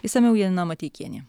išsamiau janina mateikienė